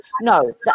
No